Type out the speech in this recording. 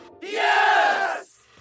Yes